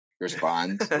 respond